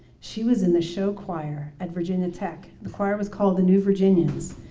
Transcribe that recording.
she was in the show choir at virginia tech. the choir was called the new virginians.